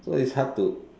so it's hard to